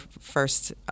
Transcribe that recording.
first